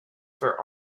for